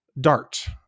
DART